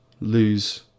lose